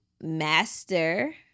master